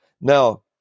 Now